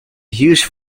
huge